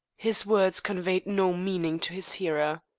his words conveyed no meaning to his hearer.